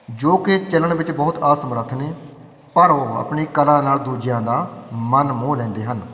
ਜੋ ਕਿ ਚਲਣ ਵਿੱਚ ਬਹੁਤ ਅਸਮਰੱਥ ਨੇ ਪਰ ਉਹ ਆਪਣੀ ਕਲਾ ਨਾਲ ਦੂਜਿਆਂ ਦਾ ਮਨ ਮੋਹ ਲੈਂਦੇ ਹਨ